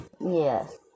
Yes